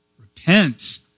repent